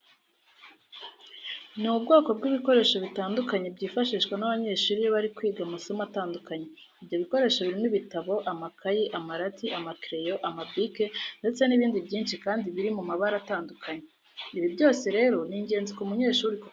Ni ubwoko bw'ibikoresho bitandukanye byifashishwa n'abanyeshuri iyo bari kwiga amasomo atandukanye. Ibyo bikoresho birimo ibitabo, amakayi, amarati, amakereyo, amabike ndetse n'ibindi byinshi kandi biri mu mabara atandukanye. Ibi byose rero ni ingenzi ku munyeshuri kuko arabikenera.